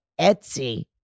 Etsy